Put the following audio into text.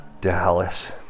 Dallas